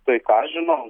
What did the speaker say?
tai ką aš žinau